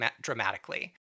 dramatically